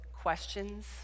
questions